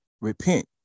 repent